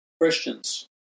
Christians